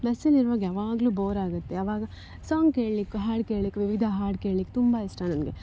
ಬಸ್ಸಲ್ಲಿ ಇರುವಾಗ ಯಾವಾಗಲೂ ಬೋರಾಗುತ್ತೆ ಆವಾಗ ಸಾಂಗ್ ಕೇಳ್ಲಿಕ್ಕೆ ಹಾಡು ಕೇಳ್ಲಿಕ್ಕೆ ವಿವಿಧ ಹಾಡು ಕೇಳ್ಲಿಕ್ಕೆ ತುಂಬ ಇಷ್ಟ ನನಗೆ